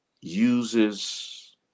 uses